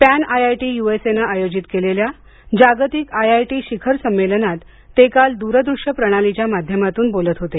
पॅनआयआयटीयुएसएनं आयोजित केलेल्या जागतिक आयआयटी शिखर संमेलनात ते काल दूरदृश्य प्रणालीच्या माध्यमातून बोलत होते